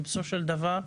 ובסופו של דבר,